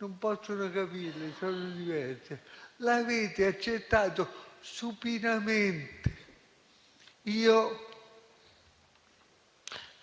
non possono capirle perché sono diverse. L'avete accettato supinamente. Io,